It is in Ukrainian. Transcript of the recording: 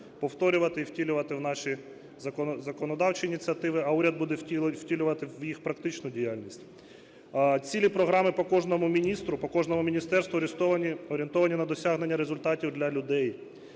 повторювати і втілювати в наші законодавчі ініціативи, а уряд буде втілювати в їх практичну діяльність. Цілі програми по кожному міністру, по кожному міністерству… орієнтовані на досягнення результатів для людей.